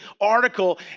article